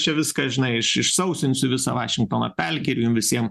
čia viską žinai iš išsausinsiu visą vašingtono pelkę ir jum visiem